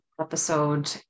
episode